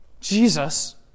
Jesus